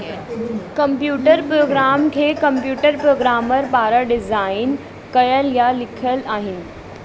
computer program खे computer programmer पारां design कयल या लिखयल आहिनि